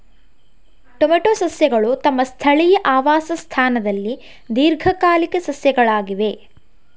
tomato ಸಸ್ಯಗಳು ತಮ್ಮ ಸ್ಥಳೀಯ ಆವಾಸ ಸ್ಥಾನದಲ್ಲಿ ದೀರ್ಘಕಾಲಿಕ ಸಸ್ಯಗಳಾಗಿವೆ